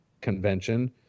convention